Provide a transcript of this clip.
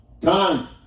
time